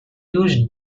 used